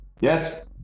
Yes